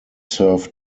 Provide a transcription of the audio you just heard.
served